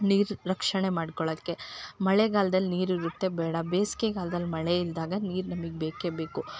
ನೀರು ರಕ್ಷಣೆ ಮಾಡ್ಕೊಳೋಕ್ಕೆ ಮಳೆಗಾಲ್ದಲ್ಲಿ ನೀರು ಇರುತ್ತೆ ಬೇಡ ಬೇಸಿಗೆ ಕಾಲ್ದಲ್ಲಿ ಮಳೆ ಇಲ್ದಾಗ ನೀರು ನಮಗ್ ಬೇಕೇ ಬೇಕು